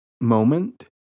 moment